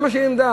זה מה שהיא עשתה,